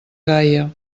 gaia